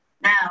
Now